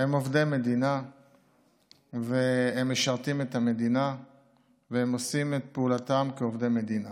הם עובדי מדינה והם משרתים את המדינה והם עושים את פעולתם כעובדי מדינה.